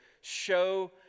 show